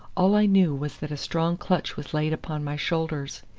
all i knew was that a strong clutch was laid upon my shoulders,